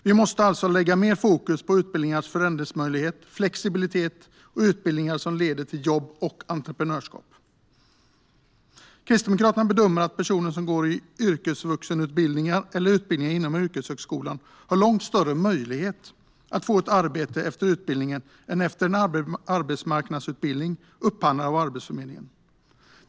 Vi måste alltså lägga mer fokus på utbildningars förändringsmöjligheter och flexibilitet och på utbildningar som leder till jobb och entreprenörskap. Kristdemokraterna bedömer att personer som går yrkesvuxenutbildningar eller utbildningar inom yrkeshögskolan har långt större möjlighet att få ett arbete efter utbildningen än efter en arbetsmarknadsutbildning upphandlad av Arbetsförmedlingen.